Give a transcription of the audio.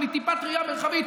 בלי טיפת ראייה מרחבית,